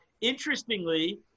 Interestingly